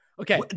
Okay